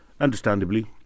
understandably